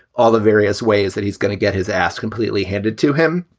all the various ways that he's gonna get his ass completely handed to him.